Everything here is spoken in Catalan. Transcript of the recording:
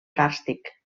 càrstic